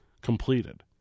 completed